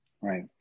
Right